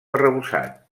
arrebossat